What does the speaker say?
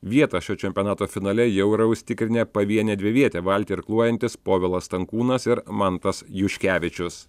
vietą šio čempionato finale jau yra užsitikrinę pavienę dvivietę valtį irkluojantys povilas stankūnas ir mantas juškevičius